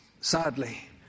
sadly